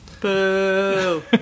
Boo